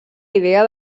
idea